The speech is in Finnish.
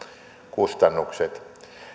kustannukset